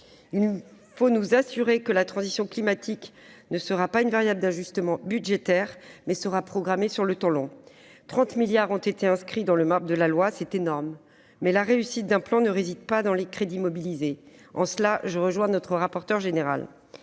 faut nous assurer que la transition climatique ne sera pas une variable d'ajustement budgétaire, mais sera programmée sur le temps long. Ainsi, quelque 30 milliards d'euros ont été inscrits dans le marbre de la loi. C'est énorme, mais la réussite d'un plan ne réside pas dans les crédits mobilisés ; en cela, je rejoins le rapporteur général.